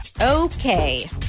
Okay